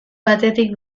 batetik